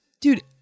dude